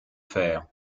fer